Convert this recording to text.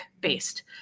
based